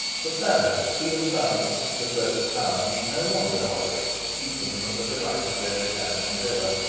the stanhopes soon found that mr slope's power need no longer operate to keep them from the delight of their italian villa.